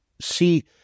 see